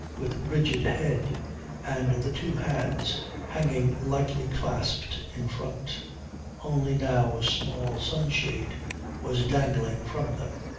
with rigid head and the two hands hanging lightly clasped in front only now a small sunshade was dangling from them.